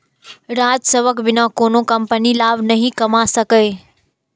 राजस्वक बिना कोनो कंपनी लाभ नहि कमा सकैए